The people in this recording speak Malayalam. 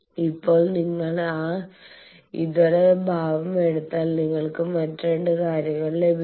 ഇപ്പോൾ നിങ്ങൾ ആ ഇതര ഭാഗം എടുത്താൽ നിങ്ങൾക്ക് മറ്റ് 2 കാര്യങ്ങൾ ലഭിക്കും